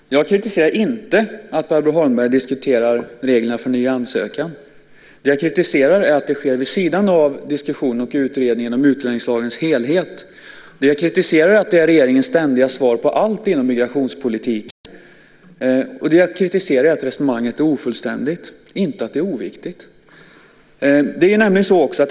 Fru talman! Jag kritiserar inte att Barbro Holmberg diskuterar reglerna för ny ansökan. Det jag kritiserar är att det sker vid sidan av diskussionen och utredningen om utlänningslagens helhet. Det jag kritiserar är att det är regeringens ständiga svar på allt inom migrationspolitiken, och det jag kritiserar är att resonemanget är ofullständigt. Jag säger inte att det är oviktigt.